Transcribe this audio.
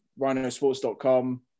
rhinosports.com